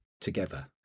together